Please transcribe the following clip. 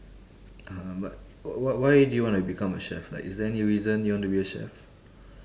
uh but wh~ wh~ why do you wanna become a chef like is there any reason you wanna be a chef